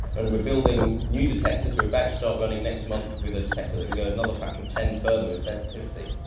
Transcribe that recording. and we're building new detectors. we're about to start running next month with a detector that can do another factor of ten further in sensitivity.